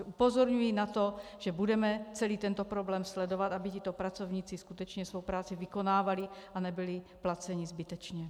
Upozorňuji na to, že budeme celý tento problém sledovat, aby tito pracovníci skutečně svou práci vykonávali a nebyli placeni zbytečně.